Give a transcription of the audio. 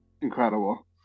incredible